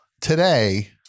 today